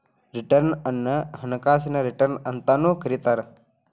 return ಅನ್ನ ಹಣಕಾಸಿನ return ಅಂತಾನೂ ಕರಿತಾರ